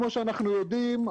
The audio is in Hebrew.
כמו שאנחנו יודעים,